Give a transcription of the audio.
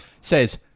says